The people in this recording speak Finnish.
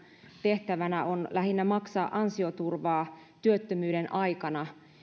tehtävänä on lähinnä maksaa ansioturvaa työttömyyden aikana